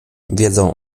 wiedzą